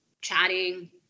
chatting